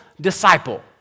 disciple